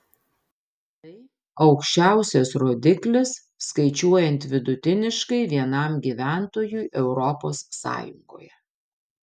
tai aukščiausias rodiklis skaičiuojant vidutiniškai vienam gyventojui europos sąjungoje